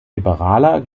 liberaler